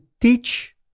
teach